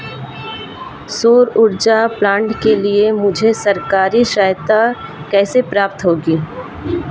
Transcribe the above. सौर ऊर्जा प्लांट के लिए मुझे सरकारी सहायता कैसे प्राप्त होगी?